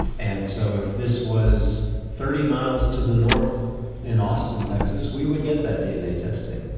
and so if this was thirty miles to the north in austin, texas, we would get that dna testing.